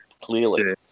clearly